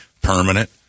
permanent